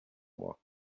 moi